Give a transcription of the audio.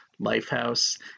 Lifehouse